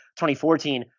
2014